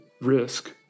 risk